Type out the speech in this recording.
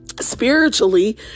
spiritually